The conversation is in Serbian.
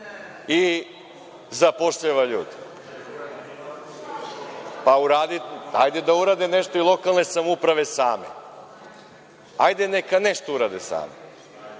i zapošljava ljude? Hajde da urade nešto i lokalne samouprave same. Hajde neka nešto urade same.